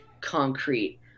concrete